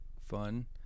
fun